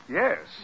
yes